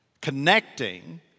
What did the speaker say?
connecting